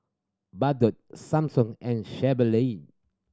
Bardot Samsung and Chevrolet